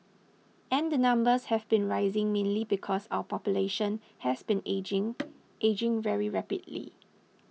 and the numbers have been rising mainly because our population has been ageing ageing very rapidly